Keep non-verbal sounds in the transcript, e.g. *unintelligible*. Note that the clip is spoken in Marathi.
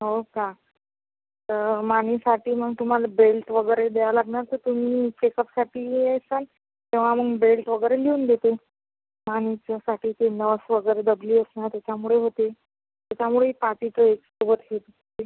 हो का त मानेसाठी मग तुम्हाला बेल्ट वगैरे द्यावा लागणार तर तुम्ही चेकअपसाठी येशाल तेव्हा मग बेल्ट वगैरे लिहून देते मानेच्यासाठी ती नस वगैरे दबली असणार त्याच्यामुळे होते त्याच्यामुळे हे पाठीचे *unintelligible*